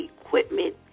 equipment